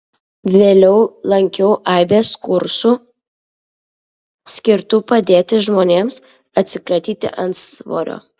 vėliau lankiau aibes kursų skirtų padėti žmonėms atsikratyti antsvorio